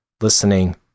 listening